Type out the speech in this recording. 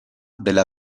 della